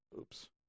oops